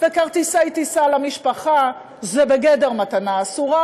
וכרטיסי טיסה למשפחה זה בגדר מתנה אסורה,